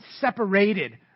separated